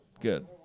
Good